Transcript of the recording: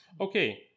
Okay